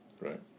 Right